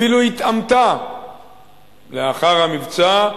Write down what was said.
אפילו התאמתה לאחר המבצע,